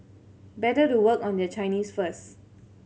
better to work on their Chinese first